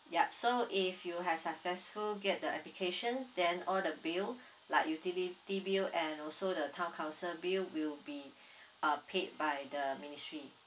yup so if you have successful get the application then all the bill like utility bill and also the town council bill will be uh paid by the ministry